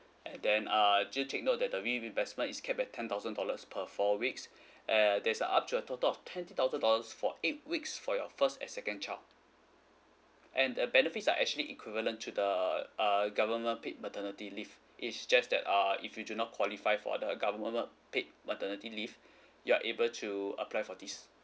and then uh do take note that the reimbursement is capped at ten thousand dollars per four weeks and there's up to a total of twenty thousand dollars for eight weeks for your first and second child and the benefits are actually equivalent to the uh government paid maternity leave it's just that uh if you do not qualify for the government paid maternity leave you're able to apply fo this